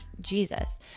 Jesus